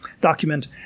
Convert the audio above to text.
document